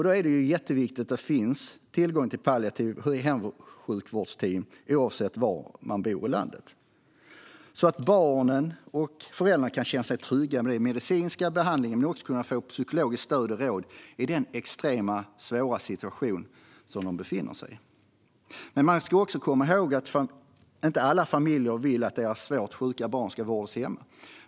Då är det jätteviktigt att det finns tillgång till team för palliativ hemsjukvård oavsett var i landet man bor, så att barn och föräldrar kan känna sig trygga med den medicinska behandlingen. Men de ska också kunna få psykologiskt stöd och råd i den extremt svåra situation som de befinner sig i. Man ska också komma ihåg att inte alla familjer vill att deras svårt sjuka barn ska vårdas hemma.